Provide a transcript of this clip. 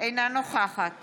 אינה נוכחת